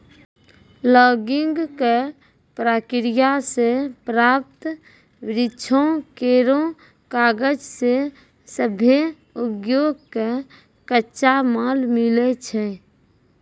logging क प्रक्रिया सें प्राप्त वृक्षो केरो कागज सें सभ्भे उद्योग कॅ कच्चा माल मिलै छै